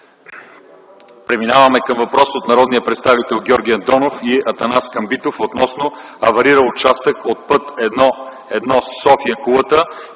Преминаваме към въпрос от народните представители Георги Андонов и Атанас Камбитов относно аварирал участък от път І-1 „София–Кулата”